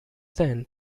then